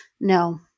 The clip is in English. No